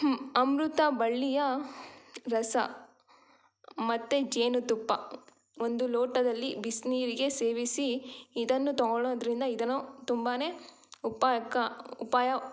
ಅಮೃತಬಳ್ಳಿಯ ರಸ ಮತ್ತು ಜೇನುತುಪ್ಪ ಒಂದು ಲೋಟದಲ್ಲಿ ಬಿಸಿನೀರಿಗೆ ಸೇವಿಸಿ ಇದನ್ನು ತಗೋಳ್ಳೋದ್ರಿಂದ ಇದನ್ನು ತುಂಬನೇ ಉಪಾಯಕ ಉಪಾಯ